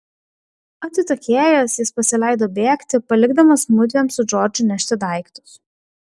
atsitokėjęs jis pasileido bėgti palikdamas mudviem su džordžu nešti daiktus